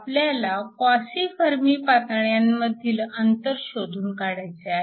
आपल्याला quasi Fermi पातळ्यांमधील अंतर शोधून काढायचे आहे